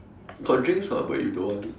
got drinks [what] but you don't want